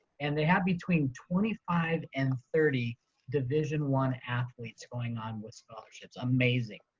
and they have between twenty five and thirty division one athletes going on with scholarships, amazing.